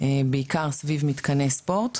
בעיקר סביב מתקני ספורט,